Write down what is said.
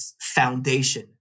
foundation